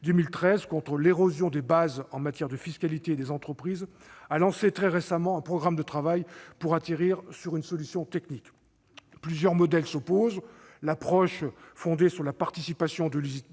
2013 contre l'érosion des bases en matière de fiscalité des entreprises, a lancé très récemment un programme de travail pour trouver une solution technique. Plusieurs modèles s'opposent : l'un fondé sur la « participation de l'utilisateur